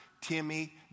Timmy